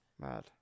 Mad